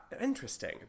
interesting